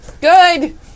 Good